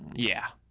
yeah.